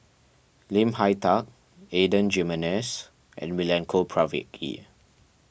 Lim Hak Tai Adan Jimenez and Milenko Prvacki